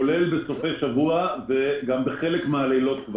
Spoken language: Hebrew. כולל בסופי שבוע וגם בחלק מהלילות.